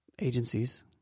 agencies